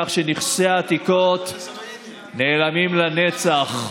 כך שנכסי העתיקות נעלמים לנצח.